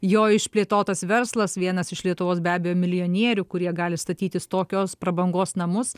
jo išplėtotas verslas vienas iš lietuvos be abejo milijonierių kurie gali statytis tokios prabangos namus